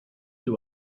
you